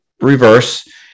reverse